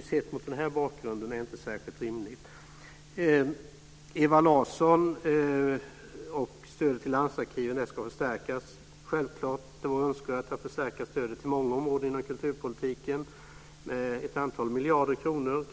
sett mot den bakgrunden inte särskilt rimligt att föreslå ett bifall till motionerna. Ewa Larsson sade att stödet till landsarkiven ska förstärkas. Självklart vore det önskvärt att förstärka stödet till många området inom kulturpolitiken med kanske ett antal miljarder kronor.